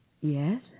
Yes